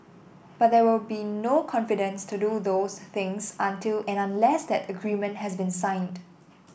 but there will be no confidence to do those things until and unless that agreement has been signed